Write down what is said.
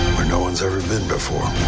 where no one's ever been before.